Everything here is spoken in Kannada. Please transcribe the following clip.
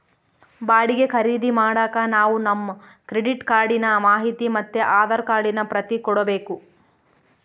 ಬಾಡಿಗೆ ಖರೀದಿ ಮಾಡಾಕ ನಾವು ನಮ್ ಕ್ರೆಡಿಟ್ ಕಾರ್ಡಿನ ಮಾಹಿತಿ ಮತ್ತೆ ಆಧಾರ್ ಕಾರ್ಡಿನ ಪ್ರತಿ ಕೊಡ್ಬಕು